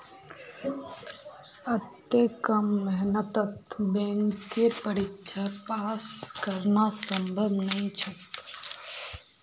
अत्ते कम मेहनतत बैंकेर परीक्षा पास करना संभव नई छोक